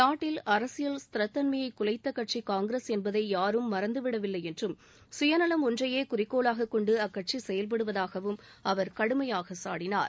நாட்டில் அரசியல் ஸ்திரத்தன்மைய குலைத்த கட்சி காங்கிரஸ் என்பதை யாரும் மறந்துவிடவில்லை என்றும் சுயநலம் ஒன்றையே குறிக்கோளாக கொண்டு அக்கட்சி செயல்படுவதாகவும் அவர் கடுமையாக சாடினார்